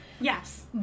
Yes